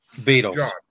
Beatles